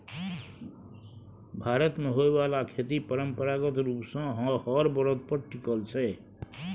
भारत मे होइ बाला खेती परंपरागत रूप सँ हर बरद पर टिकल छै